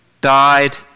died